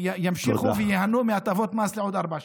שימשיכו וייהנו מהטבות מס לעוד ארבע שנים.